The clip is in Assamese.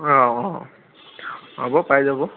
অঁ হ'ব পাই যাব